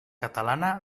catalana